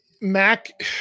Mac